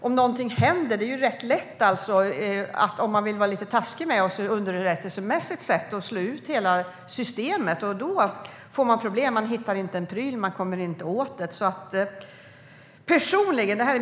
Om någonting händer där är det underrättelsemässigt sett, om man vill vara lite taskig, lätt att slå ut hela systemet. Då får man problem. Man hittar inte en pryl och kommer inte åt dem.